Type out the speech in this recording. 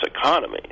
economy